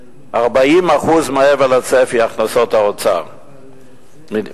405 מיליון מעבר לצפי הכנסות האוצר מדיור.